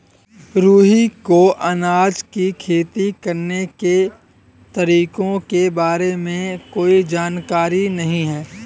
रुहि को अनार की खेती करने के तरीकों के बारे में कोई जानकारी नहीं है